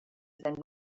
and